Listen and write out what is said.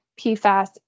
PFAS